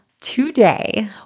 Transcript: Today